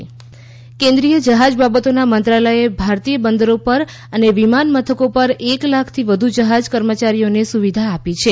shipping ક્ષ્ કેન્દ્રિય જહાજ બાબતોના મંત્રાલયે ભારતીય બંદરો પર અને વિમાન મથકો પર એક લાખથી વધુ જહાજ કર્મચારીઓને સુવિધા આપી છે